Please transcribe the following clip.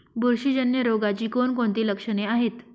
बुरशीजन्य रोगाची कोणकोणती लक्षणे आहेत?